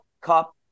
Cup